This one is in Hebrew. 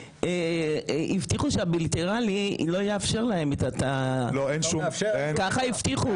הבטיחו שהבילטראלי לא יאפשר להם, ככה הבטיחו.